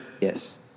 Yes